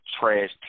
trash